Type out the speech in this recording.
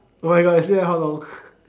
oh my god yesterday how long